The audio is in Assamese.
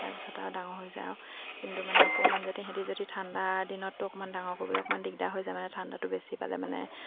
তাৰপিছত আৰু ডাঙৰ হৈ যায় আৰু কিন্তু মানে অকণমান যদি সেহেঁতি যদি ঠাণ্ডাদিনতটো অকণমান ডাঙৰ কৰিবলৈ অকণমান দিগদাৰ হৈ যায় মানে ঠাণ্ডাটো বেছি পালে মানে